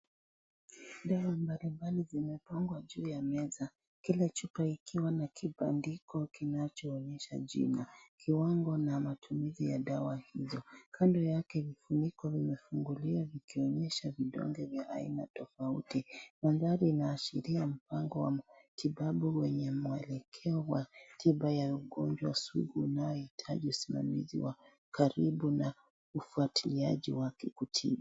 Dawa mbalimbali zimepangwa juu ya meza, kila chupa kikiwa na kibandiko kinachoonyesha jina, kiwango na matumizi ya dawa hizo. Kando yake vifuniko vimefunguliwa vikionyesha vidonge vya aina tofauti. Mandhari inaashiria mpango wa matibabu wenye mwelekeo wa tiba ya ugonjwa sugu unaohitaji usimamaizi wa karibu na ufuatialiaji wakikutibu.